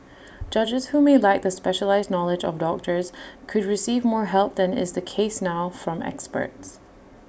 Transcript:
judges who may lack the specialised knowledge of doctors could receive more help than is the case now from experts